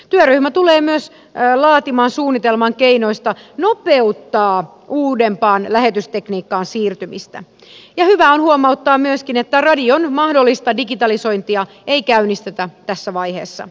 työryhmä tulee myös laatimaan suunnitelman keinoista nopeuttaa uudempaan lähetystekniikkaan siirtymistä ja hyvä on huomauttaa myöskin että radion mahdollista digitalisointia ei käynnistetä tässä vaiheessa